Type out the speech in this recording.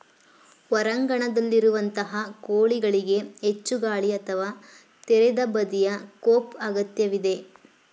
ಹೊರಾಂಗಣದಲ್ಲಿರುವಂತಹ ಕೋಳಿಗಳಿಗೆ ಹೆಚ್ಚು ಗಾಳಿ ಅಥವಾ ತೆರೆದ ಬದಿಯ ಕೋಪ್ ಅಗತ್ಯವಿದೆ